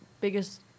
biggest